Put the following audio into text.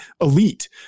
elite